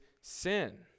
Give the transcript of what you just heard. sin